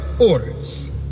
Orders